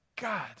God